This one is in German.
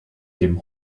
dem